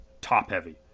top-heavy